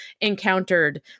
encountered